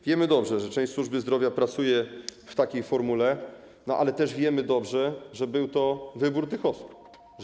Wiemy dobrze, że część służby zdrowia pracuje w takiej formule, ale też wiemy dobrze, że był to wybór tych osób.